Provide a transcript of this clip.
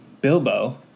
Bilbo